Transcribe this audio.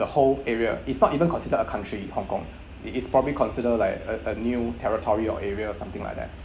the whole area it's not even considered a country hong kong it is probably considered like uh a new territory or area or something like that